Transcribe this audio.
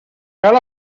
cal